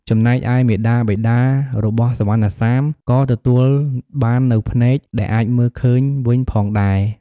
ចំណែកឯ មាតាបិតារបស់សុវណ្ណសាម ក៏ទទួបាននូវភ្នែកដែលអាចមើលឃើញវិញផងដែរ។